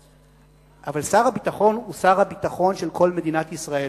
אבל שר הביטחון הוא שר הביטחון של כל מדינת ישראל.